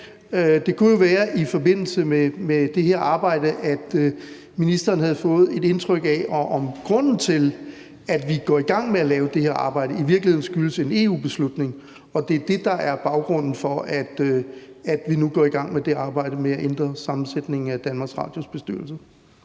at ministeren i forbindelse med det her arbejde havde fået et indtryk af, om grunden til, at vi går i gang med at lave det her arbejde, i virkeligheden er, at det en EU-beslutning, altså at det er det, der er baggrunden for, at vi nu går i gang med det arbejde med at ændre sammensætningen af DR's bestyrelse.